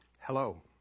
hello